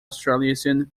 australasian